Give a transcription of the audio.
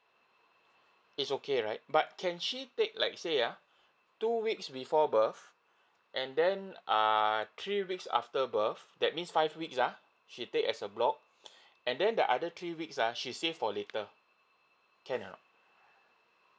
it's okay right but can she take like say uh two weeks before birth and then err three weeks after birth that means five weeks uh she take as a block and then the other three weeks uh she save for later can can or not